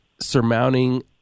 surmounting